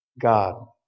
God